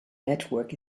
network